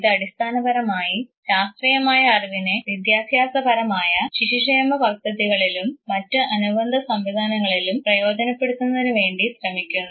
ഇത് അടിസ്ഥാനപരമായി ശാസ്ത്രീയമായ അറിവിനെ വിദ്യാഭ്യാസപരമായ ശിശുക്ഷേമ പദ്ധതികളിലും മറ്റു അനുബന്ധ സംവിധാനങ്ങളിലും പ്രയോജനപ്പെടുത്തുന്നതിന് വേണ്ടി ശ്രമിക്കുന്നു